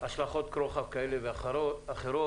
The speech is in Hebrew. השלכות רוחב כאלה ואחרות,